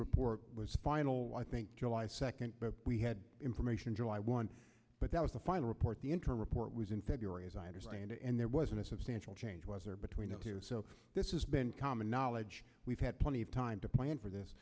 report was final i think july second we had information july one but that was the final report the interim report was in february as i understand it and there wasn't a substantial change was there between the two so this is been common knowledge we've had plenty of time to plan for this